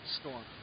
storm